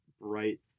bright